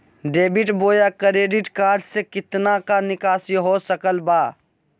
Debit बोया credit card से कितना का निकासी हो सकल बा?